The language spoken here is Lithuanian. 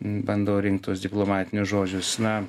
bandau rinkt tuos diplomatinius žodžius na